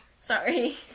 Sorry